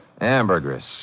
Ambergris